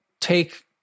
take